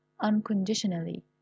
unconditionally